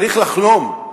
צריך לחלום,